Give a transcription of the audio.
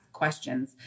Questions